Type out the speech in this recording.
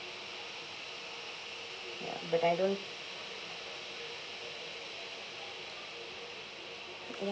ya but I don't